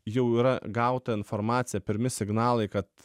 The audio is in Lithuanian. jau yra gauta informacija pirmi signalai kad